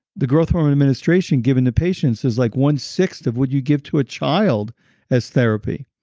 the growth hormone administration given to patients is like one-sixth of what you'd give to a child as therapy.